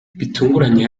bitunguranye